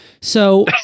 So-